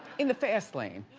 in the fast lane.